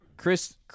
Chris